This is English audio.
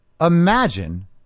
Imagine